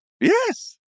yes